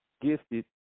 gifted